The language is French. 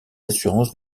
assurances